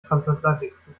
transatlantikflug